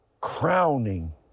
crowning